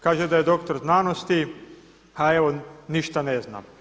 Kaže da je doktor znanosti, a evo ništa ne zna.